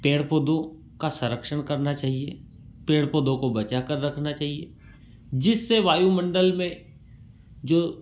पेड़ पौधों का संरक्षण करना चाहिए पेड़ पौधों को बचाकर रखना चाहिए जिससे वायुमंडल में जो